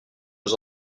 aux